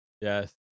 Yes